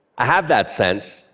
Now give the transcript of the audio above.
i have that sense,